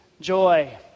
joy